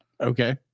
Okay